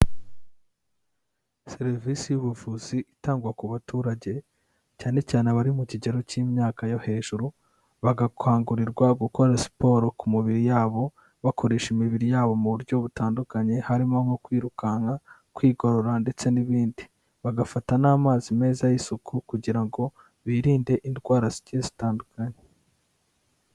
Serivisi y'ubuvuzi itangwa ku baturage cyane cyane abari mu kigero cy'imyaka yo hejuru, bagakangurirwa gukora siporo ku mibiri yabo, bakoresha imibiri yabo mu buryo butandukanye, harimo nko kwirukanka, kwigorora ndetse n'ibindi, bagafata n'amazi meza y'isuku kugira ngo birinde indwara zigiye zitandukanye.